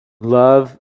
love